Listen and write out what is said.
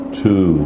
two